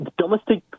domestic